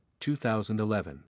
2011